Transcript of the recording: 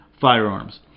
firearms